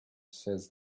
says